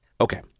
Okay